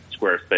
Squarespace